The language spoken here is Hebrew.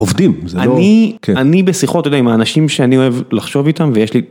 עובדים, זה לא... אני, אני אני בשיחות אתה יודע, עם האנשים שאני אוהב לחשוב איתם ויש לי.